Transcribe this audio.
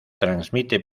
transmite